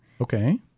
Okay